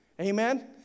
amen